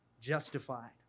justified